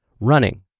running